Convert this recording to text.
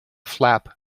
flap